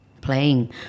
playing